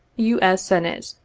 u. s. senate,